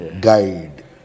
Guide